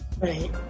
Right